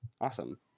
Awesome